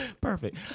perfect